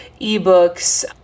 ebooks